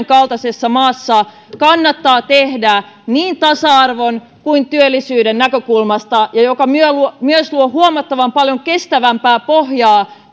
kaltaisessa maassa kannattaa tehdä niin tasa arvon kuin työllisyyden näkökulmasta ja joka myös luo huomattavan paljon kestävämpää pohjaa